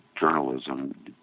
journalism